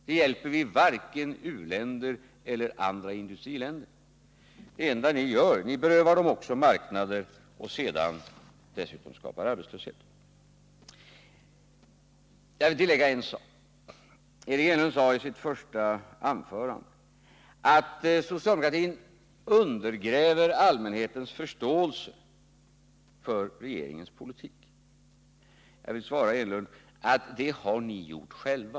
Det hjälper vi ju varken u-länder eller andra industriländer med. Det enda ni för er del gör är att ni berövar dem marknader och dessutom skapar arbetslöshet. Jag vill tillägga en sak: Eric Enlund sade i sitt första anförande att socialdemokratin undergräver allmänhetens förståelse för regeringens politik. Jag vill svara Eric Enlund att det har ni gjort själva.